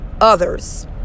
others